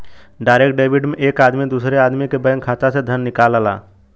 direct debit में एक आदमी दूसरे आदमी के बैंक खाता से धन निकालला